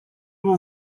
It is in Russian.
его